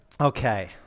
Okay